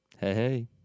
Hey